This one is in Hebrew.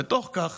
בתוך כך